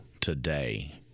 today